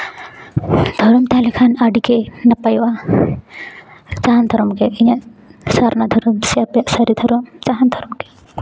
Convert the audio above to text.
ᱫᱷᱚᱨᱚᱢ ᱛᱟᱦᱮᱸ ᱞᱮᱱᱠᱷᱟᱱ ᱟᱹᱰᱤᱜᱮ ᱱᱟᱯᱟᱭᱚᱜᱼᱟ ᱡᱟᱦᱟᱱ ᱫᱷᱚᱨᱚᱢ ᱜᱮ ᱤᱧᱟᱹᱜ ᱥᱟᱨᱱᱟ ᱫᱷᱚᱨᱚᱢ ᱥᱮ ᱥᱟᱹᱨᱤ ᱫᱷᱚᱨᱚᱢ ᱡᱟᱦᱟᱱ ᱫᱷᱚᱨᱚᱢ ᱜᱮ